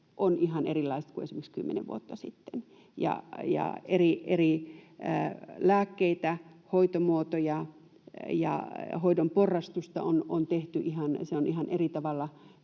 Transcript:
ovat ihan erilaiset kuin esimerkiksi kymmenen vuotta sitten: on eri lääkkeitä, hoitomuotoja, ja hoidon porrastusta on tehty. Tilanne on ihan